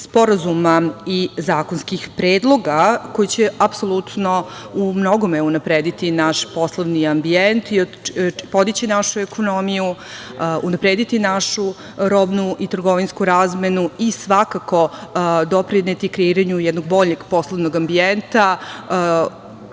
sporazuma i zakonskih predloga koji će apsolutno umnogome unaprediti naš poslovni ambijent i podići našu ekonomiju, unaprediti našu robnu i trgovinsku razmenu i svakako doprineti kreiranju jednog boljeg poslovnog ambijenta